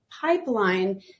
pipeline